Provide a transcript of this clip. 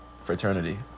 fraternity